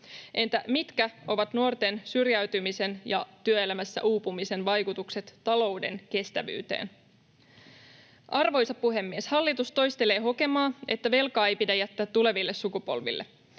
Entä mitkä ovat nuorten syrjäytymisen ja työelämässä uupumisen vaikutukset talouden kestävyyteen? Arvoisa puhemies! Hallitus toistelee hokemaa, että velkaa ei pidä jättää tuleville sukupolville.